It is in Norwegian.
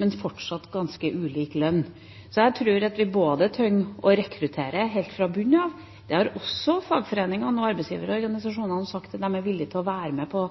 men fortsatt ganske ulik lønn. Så jeg tror at vi trenger å rekruttere fra bunnen av, og det løpet har også fagforeningene og arbeidsgiverorganisasjonene sagt at de er villige til å være med på,